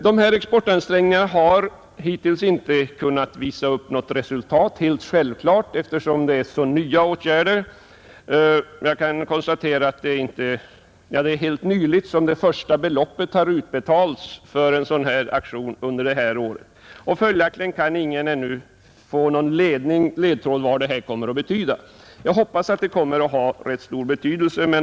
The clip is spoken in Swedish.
Dessa exportansträngningar har hittills inte lett till några resultat, vilket är ganska självklart eftersom åtgärderna har vidtagits så nyligen. Den första utbetalningen för en aktion av detta slag gjordes helt nyligen, och följaktligen kan ännu ingen ha någon säker uppfattning om vad detta stöd kan komma att betyda. Jag hoppas dock att det kommer att få stor betydelse.